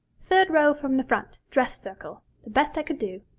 third row from the front, dress circle the best i could do.